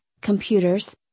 computers